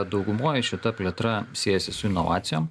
daugumoj šita plėtra siejasi su inovacijom